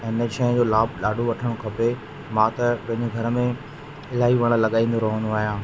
ऐं इन शइ जो लाभ ॾाढो वठणो खपे मां त पंहिंजे घर में इलाही वण लॻाईंदो रहंदो आहियां